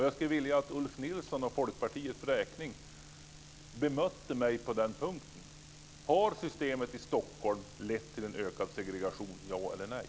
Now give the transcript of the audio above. Jag skulle vilja att Ulf Nilsson för Folkpartiets räkning bemötte mig på den punkten. Har systemet i Stockholm lett till en ökad segregation? Ja eller nej?